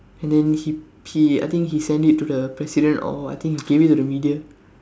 and then he he I think he send it to the president or I think he gave it to the media